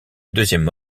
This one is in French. deuxième